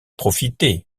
profiter